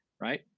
right